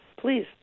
Please